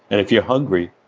and if you're hungry,